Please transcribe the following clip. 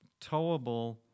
towable